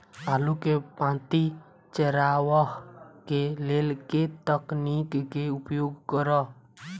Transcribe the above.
आलु केँ पांति चरावह केँ लेल केँ तकनीक केँ उपयोग करऽ?